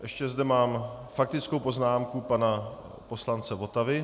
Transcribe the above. Ještě zde mám faktickou poznámku pana poslance Votavy.